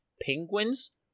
Penguins